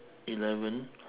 eleven